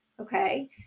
Okay